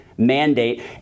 mandate